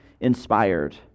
inspired